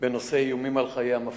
בנושא איומים על חיי המפכ"ל.